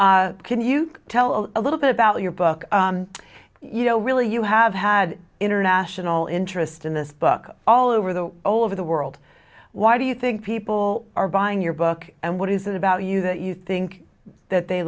time can you tell us a little bit about your book you know really you have had international interest in this book all over the all over the world why do you think people are buying your book and what is the value that you think that they